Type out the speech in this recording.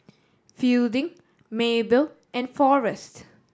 Fielding Maebelle and Forrest